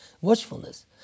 Watchfulness